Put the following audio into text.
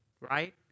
right